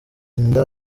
inda